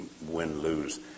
win-lose